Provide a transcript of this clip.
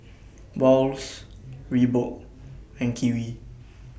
Wall's Reebok and Kiwi